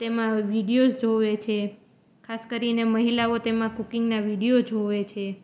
તેમાં વિડિયોસ જુએ છે ખાસ કરીને મહિલાઓ તેમાં કૂકિંગના વિડીયો જોવે છે